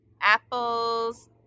Apple's